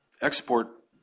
export